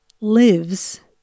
lives